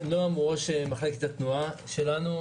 נועם הוא ראש מחלקת התנועה שלנו.